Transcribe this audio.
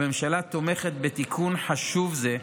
הממשלה תומכת בתיקון חשוב זה,